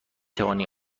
توانی